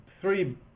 three